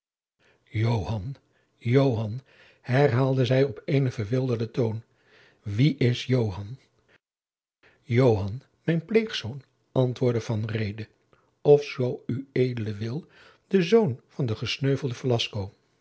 herhaalde zij op een verwilderden toon wie is joan joan mijn pleegzoon antwoordde van reede of zoo ued liever wil de zoon van den gesneuvelden